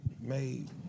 made